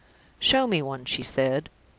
show me one, she said,